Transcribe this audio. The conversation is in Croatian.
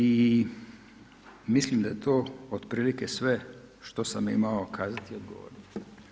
I mislim da je to otprilike sve što sam imao kazati odgovoriti.